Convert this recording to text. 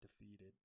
defeated